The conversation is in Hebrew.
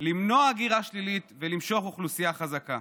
למנוע הגירה שלילית ולמשוך אוכלוסייה חזקה.